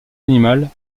animales